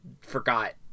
forgot